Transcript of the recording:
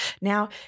Now